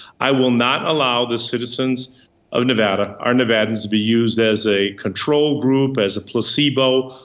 i will not allow the citizens of nevada, our nevadans to be used as a control group, as a placebo,